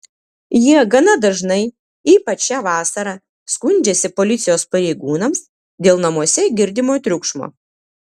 jie gana dažnai ypač šią vasarą skundžiasi policijos pareigūnams dėl namuose girdimo triukšmo